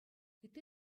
ытти